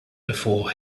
before